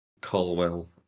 Colwell